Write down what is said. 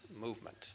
movement